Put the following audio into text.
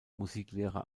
musiklehrer